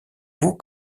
vous